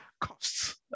costs